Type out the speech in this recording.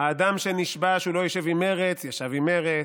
האדם שנשבע שלא ישב עם מרצ ישב עם מר"צ,